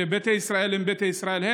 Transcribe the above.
שביתא ישראל הם ביתא ישראל,